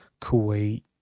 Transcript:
Kuwait